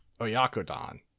Oyakodon